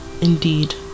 indeed